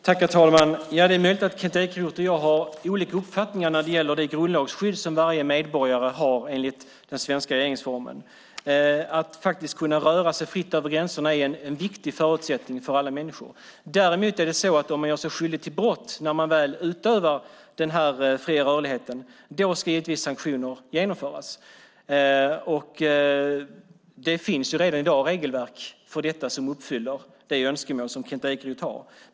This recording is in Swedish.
Herr talman! Det är möjligt att Kent Ekeroth och jag har olika uppfattningar om det grundlagsskydd som varje medborgare har enligt den svenska regeringsformen. Att kunna röra sig fritt över gränserna är en viktig förutsättning för alla människor. Däremot är det så att om man gör sig skyldig till brott när man väl utövar den fria rörligheten ska givetvis sanktioner genomföras. Det finns redan i dag regelverk för detta som uppfyller det önskemål som Kent Ekeroth har.